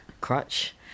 crutch